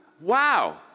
Wow